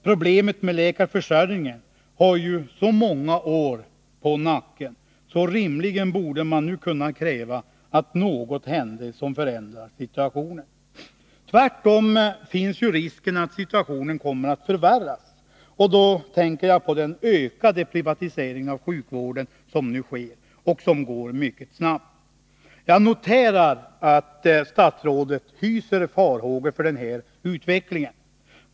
Problemet med läkarförsörjningen har så många år på nacken att man nu rimligen borde kunna kräva att något händer som förändrar situationen. Risken finns ju att situationen kommer att förvärras. Jag tänker då på den privatisering av sjukvården som nu sker och som ökar mycket snabbt. Jag noterar att statsrådet hyser farhågor för den här utvecklingen.